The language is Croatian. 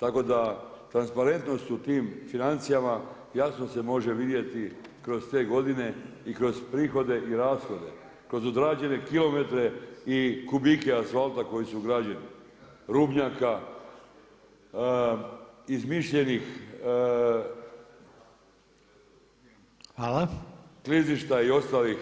Tako da transparentnost u tim financijama jasno se može vidjeti kroz te godine i kroz prihode i rashode, kroz odrađene kilometre i kubike asfalta koji su ugrađeni, rubnjaka, izmišljenih klizišta i ostalih,